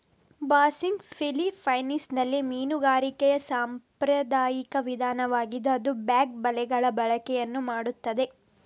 ಬಾಸ್ನಿಗ್ ಫಿಲಿಪೈನ್ಸಿನಲ್ಲಿ ಮೀನುಗಾರಿಕೆಯ ಸಾಂಪ್ರದಾಯಿಕ ವಿಧಾನವಾಗಿದ್ದು ಅದು ಬ್ಯಾಗ್ ಬಲೆಗಳ ಬಳಕೆಯನ್ನು ಮಾಡುತ್ತದೆ